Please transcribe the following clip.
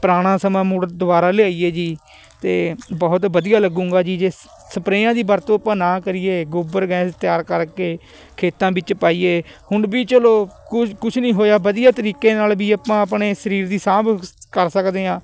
ਪੁਰਾਣਾ ਸਮਾਂ ਮੁੜ ਦੁਬਾਰਾ ਲਿਆਈਏ ਜੀ ਤਾਂ ਬਹੁਤ ਵਧੀਆ ਲੱਗੂਂਗਾ ਜੀ ਜੇ ਸਪਰੇਆਂ ਦੀ ਵਰਤੋਂ ਆਪਾਂ ਨਾ ਕਰੀਏ ਗੋਬਰ ਗੈਸ ਤਿਆਰ ਕਰਕੇ ਖੇਤਾਂ ਵਿੱਚ ਪਾਈਏ ਹੁਣ ਵੀ ਚਲੋ ਕੁਝ ਕੁਝ ਨਹੀਂ ਹੋਇਆ ਵਧੀਆ ਤਰੀਕੇ ਨਾਲ਼ ਵੀ ਆਪਾਂ ਆਪਣੇ ਸਰੀਰ ਦੀ ਸਾਂਭ ਕਰ ਸਕਦੇ ਹਾਂ